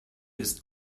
ist